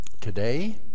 Today